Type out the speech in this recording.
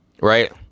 Right